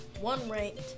one-ranked